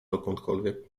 dokądkolwiek